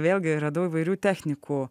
vėlgi radau įvairių technikų